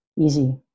Easy